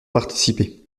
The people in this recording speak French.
participer